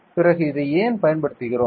பிறகு இதை ஏன் பயன்படுத்துகிறோம்